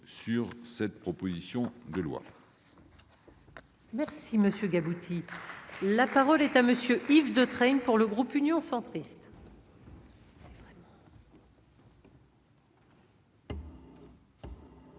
de cette proposition de loi